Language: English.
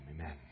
Amen